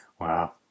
wow